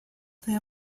they